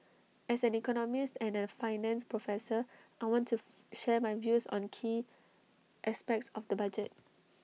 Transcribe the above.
as an economist and A finance professor I want to share my views on key aspects of the budget